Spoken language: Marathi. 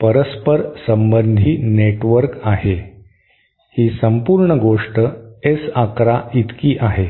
परस्परसंबंधी नेटवर्क आहे ही संपूर्ण गोष्ट S 11 इतकी आहे